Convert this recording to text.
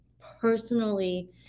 personally